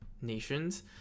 nations